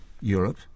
Europe